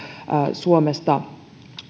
suomesta